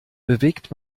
bewegt